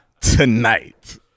tonight